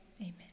Amen